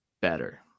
better